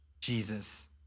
Jesus